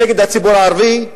נגד הציבור הערבי,